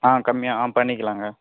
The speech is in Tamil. ஆ கம்மியா ஆ பண்ணிக்கலாங்க